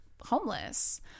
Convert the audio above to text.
homeless